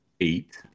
eight